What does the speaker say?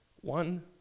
One